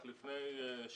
רק לפני שבוע